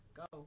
go